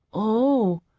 oh,